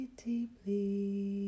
deeply